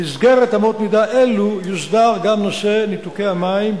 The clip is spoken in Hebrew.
במסגרת אמות מידה אלו יוסדר גם נושא ניתוקי המים,